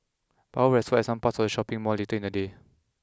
power was restored at some parts of the shopping mall later in the day